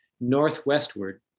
Northwestward